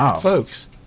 folks